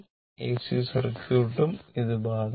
AC സർക്യൂട്ടുകൾക്കും ഇത് ബാധകമാണ്